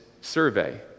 survey